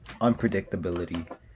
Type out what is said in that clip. unpredictability